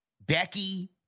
Becky